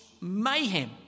mayhem